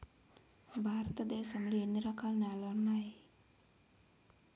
భారతదేశం లో ఎన్ని రకాల నేలలు ఉన్నాయి?